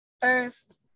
first